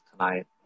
tonight